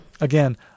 Again